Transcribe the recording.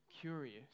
curious